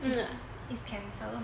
it's cancer